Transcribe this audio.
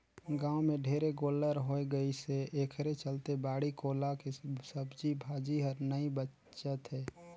गाँव में ढेरे गोल्लर होय गइसे एखरे चलते बाड़ी कोला के सब्जी भाजी हर नइ बाचत हे